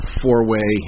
four-way